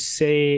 say